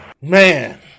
Man